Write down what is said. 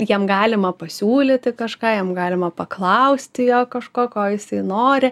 jam galima pasiūlyti kažką jam galima paklausti jo kažko ko jisai nori